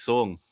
Song